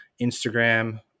Instagram